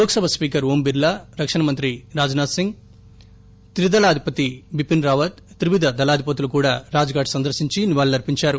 Lok Sabha speaker Om Birla రక్షణ మంత్రి Rajnath Singh త్రిదళాధిపతి బిపిన్ రావత్ త్రివిధ దళాధిపతులు కూడా రాజ్ ఘాట్ సందర్భించి నివాళులర్పించారు